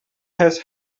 has